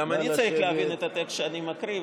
גם אני רוצה להבין את הטקסט שאני מקריא,